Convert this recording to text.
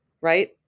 Right